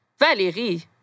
Valérie